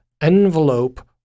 envelope